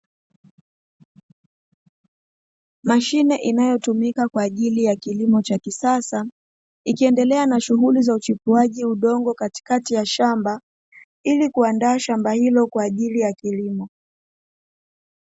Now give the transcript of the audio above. Mashine inayotumika kwa ajili ya kilimo cha kisasa, ikiendelea na shughuli za uchipuaji udongo katikati ya shamba, ili kuandaa shamba hilo kwa ajili ya kilimo.